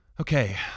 okay